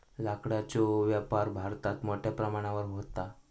लाकडाचो व्यापार भारतात मोठ्या प्रमाणावर व्हता